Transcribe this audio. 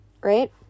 right